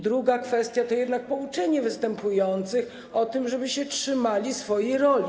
Druga kwestia to jednak pouczenie występujących o tym, żeby się trzymali swojej roli.